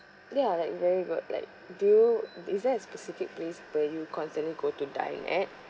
ya like very good like do you is there a specific place where you constantly go to dine at